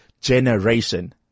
Generation